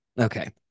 Okay